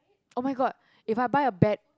[oh]-my-god if I buy a bad